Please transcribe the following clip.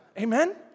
Amen